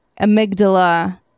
amygdala